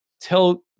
tell